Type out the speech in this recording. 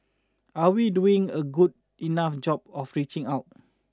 are we doing a good enough job of reaching out